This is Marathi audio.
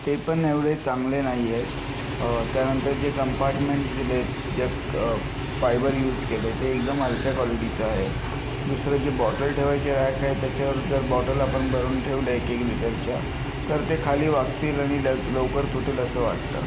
ते पण एवढे चांगले नाही आहेत त्यानंतर जे कम्पार्टमेंट्स दिले आहेत जे फायबर युज केलं आहे ते एकदम हलक्या क्वालिटीचं आहे दुसरं जे बॉटल ठेवायची रॅक आहे त्याच्यावर जर बॉटल आपण भरून ठेवल्या एक एक लिटरच्या तर ते खाली वाकतील आणि लवकर तुटेल असं वाटतं